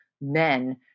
men